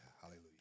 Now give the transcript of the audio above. Hallelujah